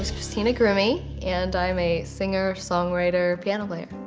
christina grimmie and i'm a singer, songwriter, piano player.